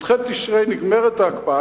בי"ח בתשרי נגמרת ההקפאה.